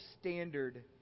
standard